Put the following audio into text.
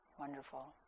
wonderful